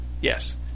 Yes